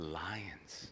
lions